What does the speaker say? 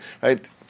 right